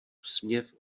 úsměv